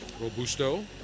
Robusto